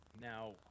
now